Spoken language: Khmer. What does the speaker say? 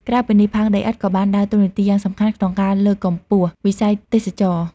ក្រៅពីនេះ ផើងដីឥដ្ឋក៏បានដើរតួនាទីយ៉ាងសំខាន់ក្នុង ការលើកកម្ពស់វិស័យទេសចរណ៍។